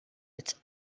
its